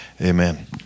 Amen